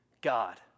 God